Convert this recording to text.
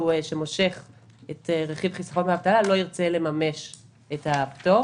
שמושך את רכיב חיסכון ואבטלה לא ירצה לממש את הפטור,